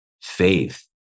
faith